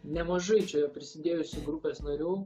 nemažai čia prisidėjusių grupės narių